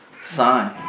sign